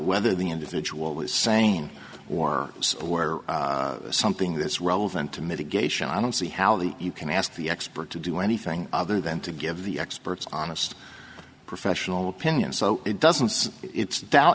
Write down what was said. whether the individual was sane or aware something that's relevant to mitigation i don't see how the you can ask the expert to do anything other than to give the experts honest professional opinion so it doesn't it's doubt